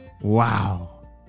Wow